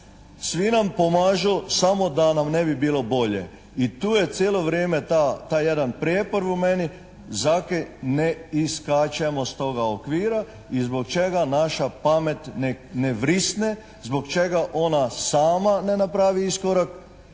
svi nam pomažu samo da nam ne bi bilo bolje. I tu je celo vreme taj jedan prepor u meni zakaj ne iskačemo s toga okvira i zbog čega naša pamet nek ne vrisne, zbog čega ona sama ne napravi iskorak.